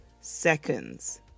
seconds